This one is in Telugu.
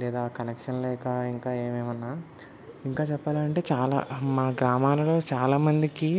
లేదా కనక్షన్ లేక ఇంకా ఏమేమన్నా ఇంకా చెప్పాలంటే చాలా మా గ్రామాలలో చాలామందికి